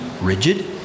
rigid